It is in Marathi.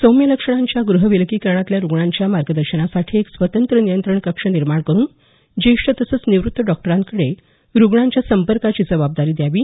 सौम्य लक्षणांच्या गृह विलगीकरणातल्या रुग्णांच्या मार्गदर्शनासाठी एक स्वतंत्र नियंत्रण कक्ष निर्माण करून ज्येष्ठ तसंच निवृत्त डॉक्टरांकडे रुग्णांच्या संपर्काची जबाबदारी द्यावी